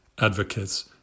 advocates